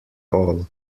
all